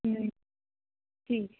ٹھیک